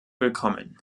willkommen